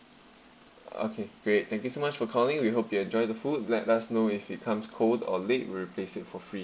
okay great thank you so much for calling we hope you enjoy the food let us know if it comes cold or late we'll replace it for free